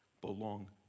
belong